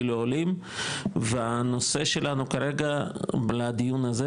לעולים והנושא שלנו כרגע לדיון הזה,